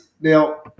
now